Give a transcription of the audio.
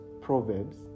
Proverbs